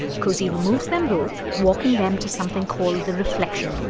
cosey removes them both, walking them to something called the reflection room